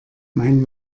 mein